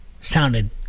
sounded